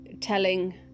telling